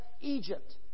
Egypt